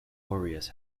aureus